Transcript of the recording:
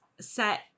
set